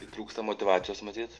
pritrūksta motyvacijos matyt